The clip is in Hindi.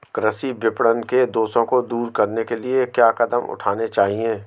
कृषि विपणन के दोषों को दूर करने के लिए क्या कदम उठाने चाहिए?